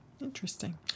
Interesting